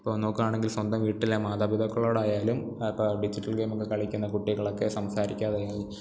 ഇപ്പം നോക്കാണെങ്കിൽ സ്വന്തം വീട്ടിലെ മാതാപിതാക്കളോടായാലും അപ്പം ഡിജിറ്റൽ ഗെയ്മൊക്കെ കളിക്കുന്ന കുട്ടികളൊക്കെ സംസാരിക്കാതെ ആയി